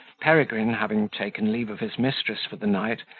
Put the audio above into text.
peregrine, having taken leave of his mistress for the night,